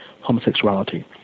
homosexuality